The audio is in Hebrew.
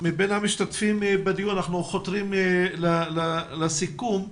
אנחנו חותרים לסיכום,